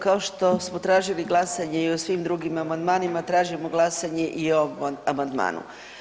Kao što smo tražili glasanje i o svim drugim amandmanima, tražimo glasanje i o ovom amandmanu.